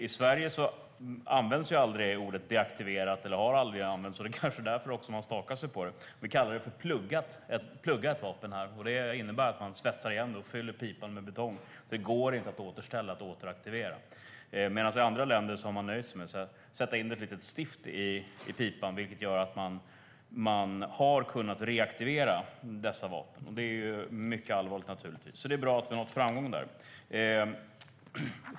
I Sverige har aldrig ordet deaktiverat använts. Det är kanske därför man stakar sig på det. Vi kallar det här för ett pluggat vapen. Det innebär att man svetsar igen och fyller pipan med betong. Det går inte att återställa och återaktivera. I andra länder har man nöjt sig med att sätta in ett litet stift i pipan. Det gör att man har kunnat reaktivera dessa vapen. Det är naturligtvis mycket allvarligt. Det är bra att vi har nått framgång där.